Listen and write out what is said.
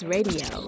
Radio